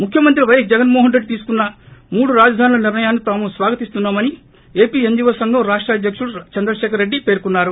ముఖ్యమంత్రి పైఎస్ జగన్ మోహన్ రెడ్డి తీసుకున్న మూడు రాజధానుల నిర్ణయాన్ని తాము స్వాగతిస్తున్నామని ఏపీ ఎన్టీవో సంఘం రాష్ట అధ్యకుడు చంద్రశేఖర్ రెడ్డి పేర్కొన్నారు